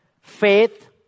faith